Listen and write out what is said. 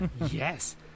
Yes